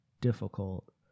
difficult